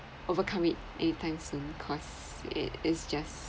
overcome it any time soon cause it it's just